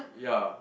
yea